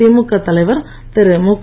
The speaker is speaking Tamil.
திமுக தலைவர் திரு மு க